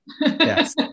Yes